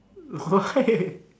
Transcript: why